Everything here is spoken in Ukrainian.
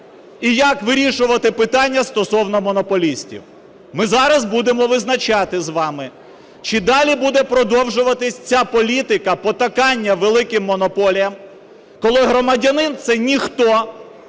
і як вирішувати питання стосовно монополістів. Ми зараз будемо визначати з вами, чи далі буде продовжуватися ця політика потакання великим монополіям, коли громадянин – це ніхто.